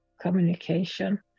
communication